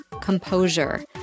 composure